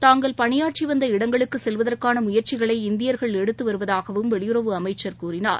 தாங்கள் பணியாற்றி வந்த இடங்களுக்கு செல்வதற்கான முயற்சிகளை இந்தியர்கள் எடுத்து வருவதாகவும் வெளியுறவு அமைச்சர் கூறினார்